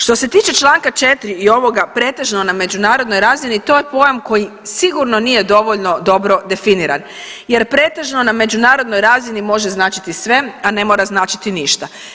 Što se tiče čl. 4 i ovoga pretežno na međunarodnoj razini, to je pojam koji sigurno nije dovoljno dobro definiran jer pretežno na međunarodnoj razini može značiti sve, a ne mora značiti ništa.